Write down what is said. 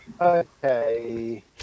Okay